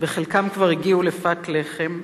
וחלקם כבר הגיעו לפת לחם,